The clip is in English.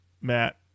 Matt